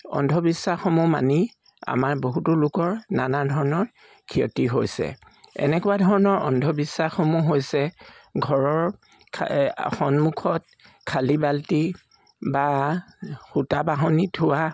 অন্ধবিশ্বাসসমূহ মানি আমাৰ বহুতো লোকৰ নানা ধৰণৰ ক্ষতি হৈছে এনেকুৱা ধৰণৰ অন্ধবিশ্বাসসমূহ হৈছে ঘৰৰ সন্মুখত খালী বাল্টি বা সোঁতা বাঢ়নী থোৱা